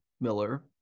Miller